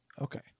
Okay